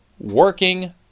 working